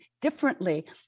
differently